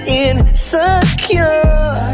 insecure